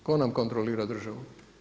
Tko nam kontrolira državu?